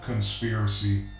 Conspiracy